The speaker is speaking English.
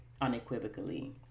unequivocally